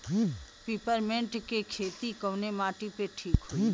Peppermint के खेती कवने माटी पे ठीक होई?